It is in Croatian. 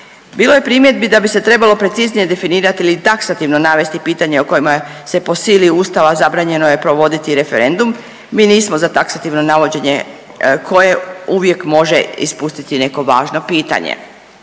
Bilo je primjedbi da bi se trebalo preciznije definirati ili taksativno navesti pitanje o kojima se po sili Ustava zabranjeno je provoditi referendum. Mi nismo za taksativno navođenje koje uvijek može ispustiti neko važno pitanje.